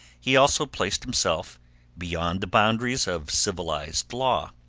he also placed himself beyond the boundaries of civilized law.